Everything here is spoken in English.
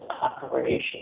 operation